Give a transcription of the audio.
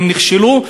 הם נכשלו,